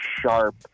sharp